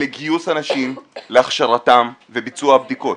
לגיוס אנשים, להכשרתם וביצוע הבדיקות.